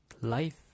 life